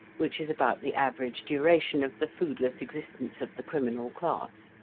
which is about the average duration of the foodless existence of the criminal class.